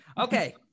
Okay